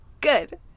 Good